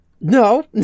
No